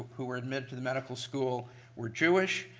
who were admitted to the medical school were jewish.